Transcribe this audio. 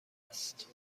است